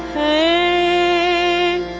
a